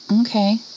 Okay